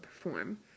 perform